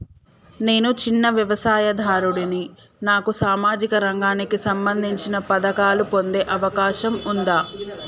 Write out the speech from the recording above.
నేను చిన్న వ్యవసాయదారుడిని నాకు సామాజిక రంగానికి సంబంధించిన పథకాలు పొందే అవకాశం ఉందా?